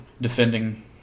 defending